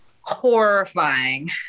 horrifying